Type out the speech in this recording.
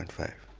and five.